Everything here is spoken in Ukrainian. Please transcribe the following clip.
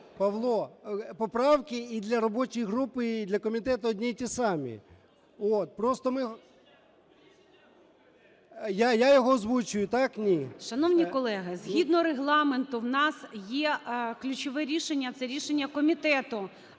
Павло, поправки і для робочих групи, і для комітету одні і ті самі. Просто… Я його озвучую: так – ні. ГОЛОВУЮЧИЙ. Шановні колеги, згідно Регламенту, у нас є ключове рішення – це рішення комітету.